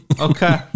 Okay